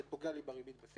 זה פוגע לי בריבית בסיס,